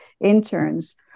interns